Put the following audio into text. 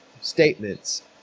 statements